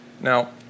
Now